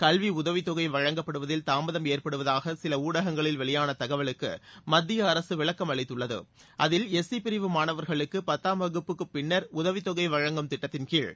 கல்வி உதவித் தொகை வழங்கப்படுதில் தாமதம் ஏற்படுவதாக சில ஊடகங்களில் வெளியான தகவலுக்கு மத்திய அரசு விளக்கம் அளித்துள்ளது அதில் எஸ்சி பிரிவு மாணவர்களுக்கு பத்தாம் வகுப்புக்குப் பிள்ளர் உதவித்தொகை வழங்கும் திட்டத்தின் கீழ்